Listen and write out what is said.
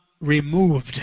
removed